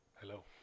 Hello